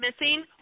missing